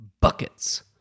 buckets